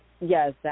Yes